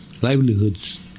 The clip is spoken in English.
livelihoods